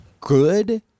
good